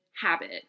habit